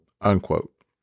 unquote